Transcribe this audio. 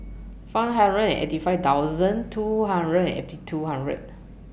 five hundred and eighty five thoudand two hundred and eighty two hundred